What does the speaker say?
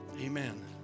Amen